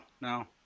no